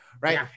Right